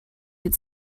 had